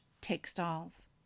textiles